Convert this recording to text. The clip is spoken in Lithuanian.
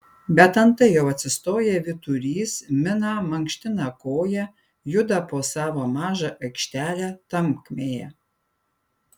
bet antai jau atsistoja vyturys mina mankština koją juda po savo mažą aikštelę tankmėje